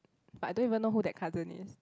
but I don't even know who that cousin is